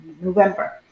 November